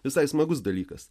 visai smagus dalykas